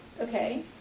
Okay